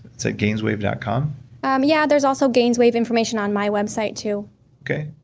that gainswave dot com um yeah. there's also gainswave information on my website, too okay,